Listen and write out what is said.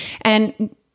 And-